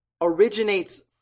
originates